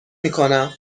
میکنم